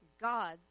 God's